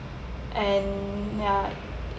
and ya